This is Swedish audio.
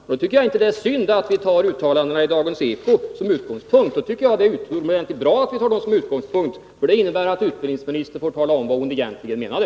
Det är då inte synd utan det är utomordentligt bra att vi tar uttalandena i Dagens Eko som utgångspunkt. Det innebär att utbildningsministern får tillfälle att tala om vad hon egentligen menade.